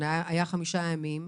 אלה היו חמישה ימים.